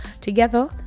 together